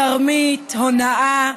תרמית, הונאה,